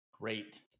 Great